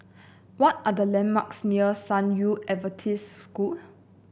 what are the landmarks near San Yu Adventist School